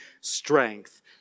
strength